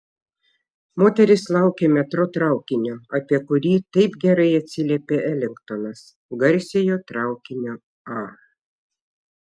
moteris laukė metro traukinio apie kurį taip gerai atsiliepė elingtonas garsiojo traukinio a